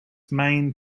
main